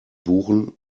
buchen